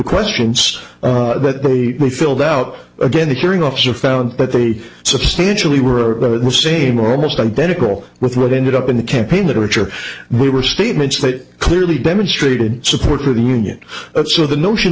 questions that we filled out again the hearing officer found that they substantially were the same or almost identical with what ended up in the campaign literature we were statements that clearly demonstrated support for the union so the notion